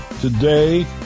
today